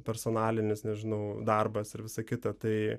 personalinis nežinau darbas ir visa kita tai